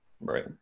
Right